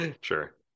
Sure